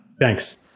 Thanks